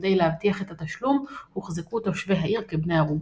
וכדי להבטיח את התשלום הוחזקו תושבי העיר כבני ערובה.